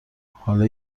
حالا